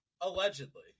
Allegedly